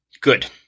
Good